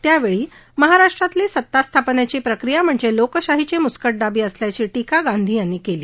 त्यावेळी महाराष्ट्रातली सतास्थापनेची प्रक्रिया म्हणजे लोकशाहीची मुस्क दाबी असल्याची धीका गांधी यांनी केली